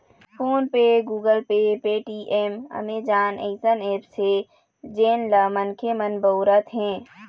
phone पे, Google Pay, Paytm, Amazon अइसन apps हे जेन ल मनखे मन बउरत हें